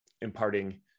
imparting